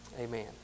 amen